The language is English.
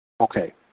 Okay